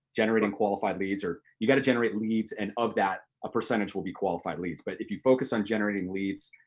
generating qualified leads, or you gotta generate leads and of that, a percentage will be qualified leads, but if you focus on generating leads,